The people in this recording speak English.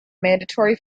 mandatory